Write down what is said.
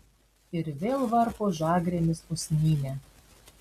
ir vėl varpo žagrėmis usnynę